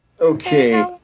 Okay